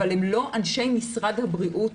אבל הם לא אנשי משרד הבריאות,